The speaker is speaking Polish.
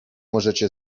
możecie